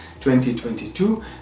2022